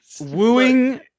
Wooing